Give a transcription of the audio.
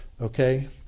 Okay